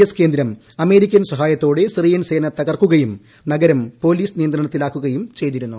എസ്പ് കേന്ദ്രം അമേരിക്കൻ സഹായത്തോടെ സിറിയൻ സേന ത്രിക്ർക്കുകയും നഗരം പോലീസ് നിയന്ത്രണത്തിലാക്കുകയും ചെയ്ത്തിരുന്നു